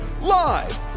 Live